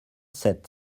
sept